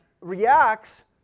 reacts